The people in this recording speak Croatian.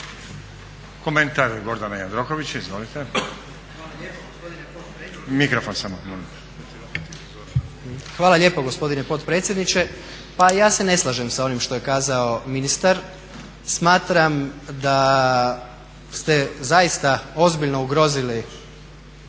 Izvolite. **Jandroković, Gordan (HDZ)** Hvala lijepa gospodine potpredsjedniče. Pa ja se ne slažem s onime što je kazao ministar. Smatram da ste zaista ozbiljno ugrozili,